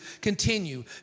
continue